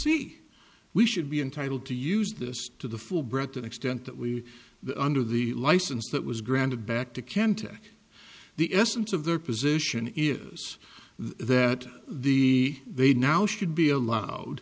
e we should be entitled to use this to the full breadth and extent that we the under the license that was granted back to cantor the essence of their position is that the they now should be allowed